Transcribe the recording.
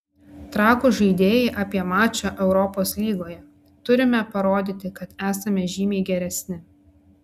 trakų žaidėjai apie mačą europos lygoje turime parodyti kad esame žymiai geresni